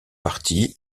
parti